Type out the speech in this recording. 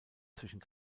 zwischen